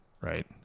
right